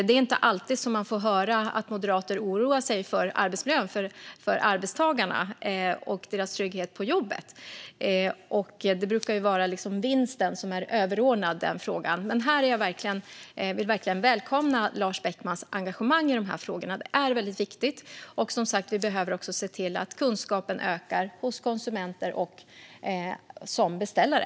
Det är inte alltid man får höra moderater oroa sig för arbetsmiljön för arbetstagarna och deras trygghet på jobbet. Vinsten brukar vara överordnad den frågan. Jag vill verkligen välkomna Lars Beckmans engagemang i de här frågorna. Detta är väldigt viktigt. Som sagt behöver vi se till att kunskapen ökar hos konsumenter som beställare.